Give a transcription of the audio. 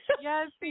yes